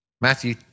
Matthew